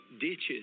ditches